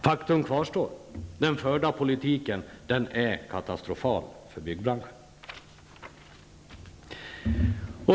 Faktum kvarstår, den förda politiken är katastrofal för byggbranschen.